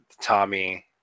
Tommy